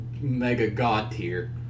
Mega-God-tier